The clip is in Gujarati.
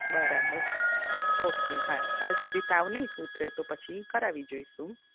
બરાબર ઓકે હા કાલ સુધી તાવ નઈ ઉતરે તો પછી કરવી જોઇશું